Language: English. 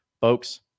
Folks